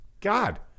God